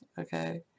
okay